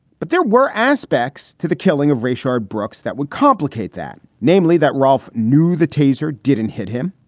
but there were aspects to the killing of rashad brooks that would complicate that. namely, that ralph knew the taser didn't hit him.